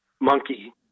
Monkey